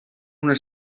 una